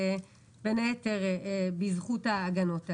בין היתר בזכות ההגנות האלה.